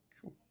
cool